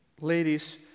ladies